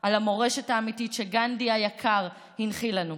על המורשת האמיתית שגנדי היקר הנחיל לנו.